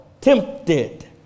tempted